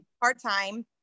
part-time